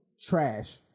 trash